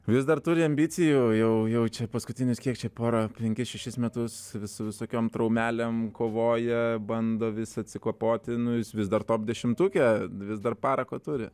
vis dar turi ambicijų jau jau čia paskutinius kiek čia pora penkis šešis metus visų visokiom traumelėm kovoja bando vis atsikapoti nu jis vis dar top dešimtuke vis dar parako turi